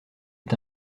est